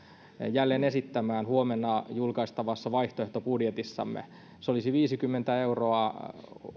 jälleen esittämään huomenna julkaistavassa vaihtoehtobudjetissamme se olisi viisikymmentä euroa